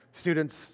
students